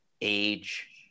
age